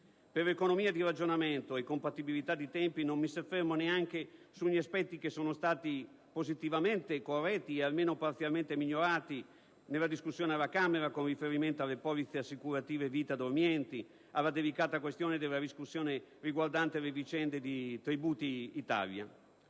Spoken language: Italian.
Per economia di ragionamento e compatibilità di tempi non mi soffermo su aspetti che sono stati positivamente corretti e almeno parzialmente migliorati nella discussione alla Camera, con riferimento sia alle polizze assicurative vita dormienti che alla delicata questione della riscossione riguardante le vicende di Tributi Italia.